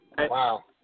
Wow